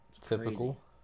Typical